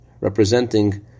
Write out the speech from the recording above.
representing